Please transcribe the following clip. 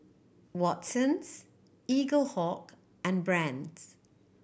Watsons Eaglehawk and Brand's